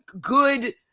good